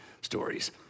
stories